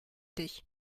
dich